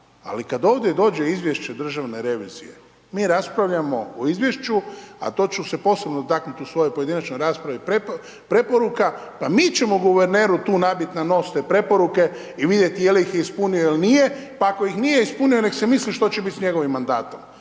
Ali, kad ovdje dođe izvješće državne revizije, mi raspravljamo o izvješću, a to ću se posebno taknuti u svojoj pojedinačnoj raspravi preporuka pa mi ćemo guverneru tu nabiti na nos te preporuke i vidjeti je li ih ispunio ili nije, pa ako ih nije ispunio neka se misli što će biti s njegovim mandatom.